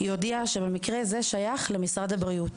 היא הודיעה שמקרה זה שייך למשרד הבריאות.